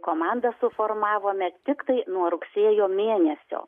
komandą suformavome tiktai nuo rugsėjo mėnesio